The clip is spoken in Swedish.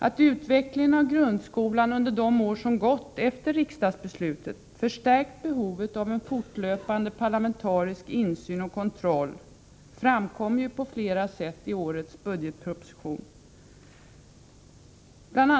Att utvecklingen av grundskolan under de år som gått efter riksdagsbeslutet förstärkt behovet av en fortlöpande parlamentarisk insyn och kontroll framkommer på flera sätt i årets budgetproposition. Bl.